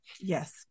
Yes